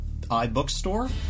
iBookstore